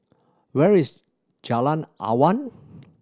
where is Jalan Awan